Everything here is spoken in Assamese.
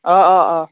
অ অ অ